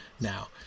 now